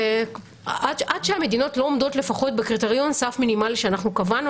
עד שהמדינות לא עומדות לפחות בקריטריון סף מינימלי שאנחנו קבענו,